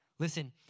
Listen